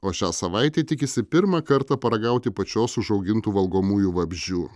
o šią savaitę tikisi pirmą kartą paragauti pačios užaugintų valgomųjų vabzdžių